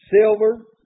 silver